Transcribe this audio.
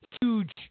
huge